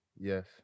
Yes